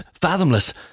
fathomless